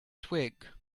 twig